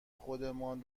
خودمان